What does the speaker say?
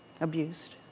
abused